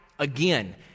again